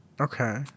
Okay